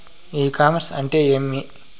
ఇ commerce అంటే ఏమి?